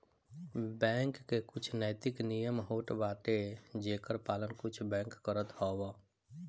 bank के कुछ नैतिक नियम होत बाटे जेकर पालन कुछ बैंक करत हवअ